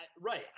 right